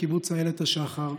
מקיבוץ איילת השחר,